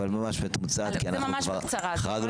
אבל ממש מתומצת כי אנחנו כבר חרגנו